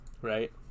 Right